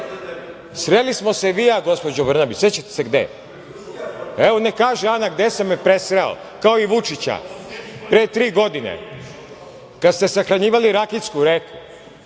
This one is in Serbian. Sreli smo se vi i ja, gospođo Brnabić, sećate se gde? Evo, neka kaže Ana gde sam je sreo, kao i Vučića, pre tri godine kada ste sahranjivali Rakitsku reku,